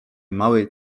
małej